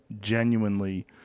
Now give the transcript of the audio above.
genuinely